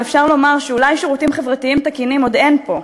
ואפשר לומר שאולי שירותים חברתיים תקינים עוד אין פה,